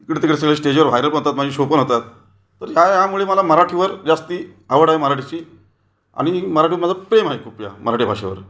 इकडं तिकडं सगळ्या स्टेजवर व्हायरल पण होतात माझे शो पण होतात तर ह्या यामुळे मला मराठीवर जास्त आवड आहे मराठीची आणि मराठीवर माझं प्रेम आहे खूप ह्या मराठी भाषेवर